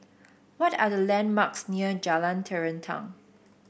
what are the landmarks near Jalan Terentang